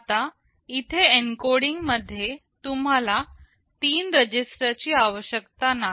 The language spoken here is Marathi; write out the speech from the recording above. आता इथे एन्कोडिंग मध्ये तुम्हाला तीन रजिस्टर ची आवश्यकता नाही